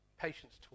patience